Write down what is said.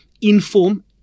inform